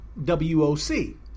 WOC